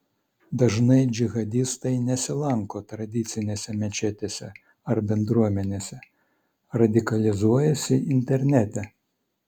dažnai džihadistai nesilanko tradicinėse mečetėse ar bendruomenėse radikalizuojasi internete